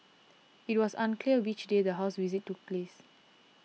it was unclear which day the house visit took place